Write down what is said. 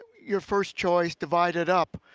your first choice divided up.